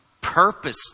purpose